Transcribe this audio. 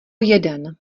jeden